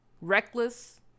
reckless